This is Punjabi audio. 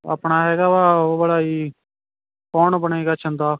ਆਪਣਾ ਹੈਗਾ ਵਾ ਉਹ ਵਾਲਾ ਜੀ ਕੌਣ ਬਣੇਗਾ ਛਿੰਦਾ